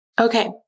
Okay